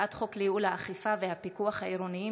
הצעת חוק לייעול האכיפה והפיקוח העירוניים